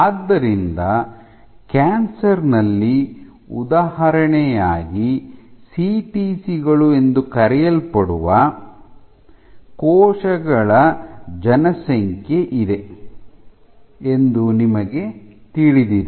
ಆದ್ದರಿಂದ ಕ್ಯಾನ್ಸರ್ನ ಲ್ಲಿ ಉದಾಹರಣೆಯಾಗಿ ಸಿಟಿಸಿ ಗಳು ಎಂದು ಕರೆಯಲ್ಪಡುವ ಜೀವಕೋಶಗಳ ಜನಸಂಖ್ಯೆ ಇದೆ ಎಂದು ನಮಗೆ ತಿಳಿದಿದೆ